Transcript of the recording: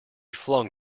flung